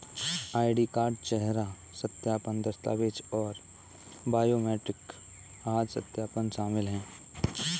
ID card, चेहरा सत्यापन, दस्तावेज़ और बायोमेट्रिक आदि सत्यापन शामिल हैं